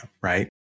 right